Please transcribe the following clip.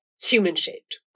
human-shaped